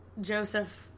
Joseph